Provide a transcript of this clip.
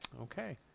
Okay